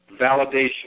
validation